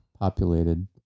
populated